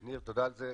ניר, תודה על זה.